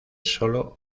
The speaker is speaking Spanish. solo